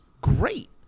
great